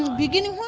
beginning.